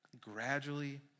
gradually